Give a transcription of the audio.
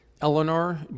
Eleanor